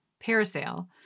parasail